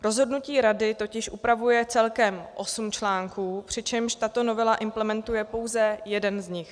Rozhodnutí Rady totiž upravuje celkem osm článků, přičemž tato novela implementuje pouze jeden z nich.